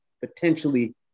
potentially